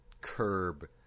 curb